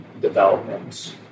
developments